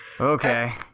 Okay